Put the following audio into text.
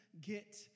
get